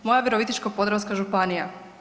Moja Virovitičko-podravska županija.